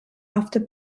after